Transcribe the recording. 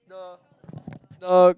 the the